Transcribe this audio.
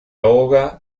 ahoga